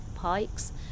pikes